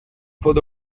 pod